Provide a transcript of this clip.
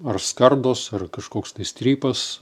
ar skardos ar kažkoks tai strypas